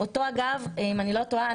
אם אני לא טועה,